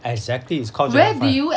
exactly it's called dragonfly